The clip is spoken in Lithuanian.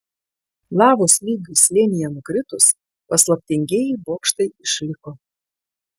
lavos lygiui slėnyje nukritus paslaptingieji bokštai išliko